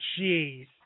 jeez